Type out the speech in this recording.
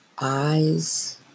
eyes